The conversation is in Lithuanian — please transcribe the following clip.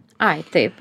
ai taip